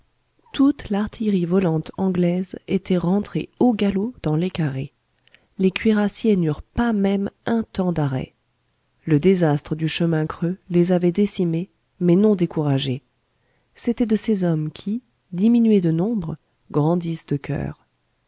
toute l'artillerie volante anglaise était rentrée au galop dans les carrés les cuirassiers n'eurent pas même un temps d'arrêt le désastre du chemin creux les avait décimés mais non découragés c'étaient de ces hommes qui diminués de nombre grandissent de coeur